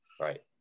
Right